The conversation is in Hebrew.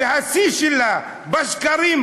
והשיא שלה בשקרים,